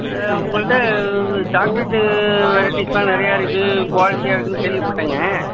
உங்கள்கிட்ட சாக்லேட்டு வெரைட்டிஸ்லாம் நிறையா இருக்குது குவாலிட்டியாக இருக்குதுன்னு கேள்விப்பட்டேங்க